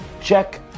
check